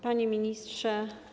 Panie Ministrze!